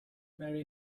marry